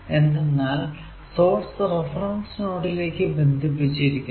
എന്തെന്നാൽ source reference നോഡിലേക്കു ബന്ധിപ്പിച്ചിരിക്കുന്നു